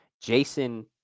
Jason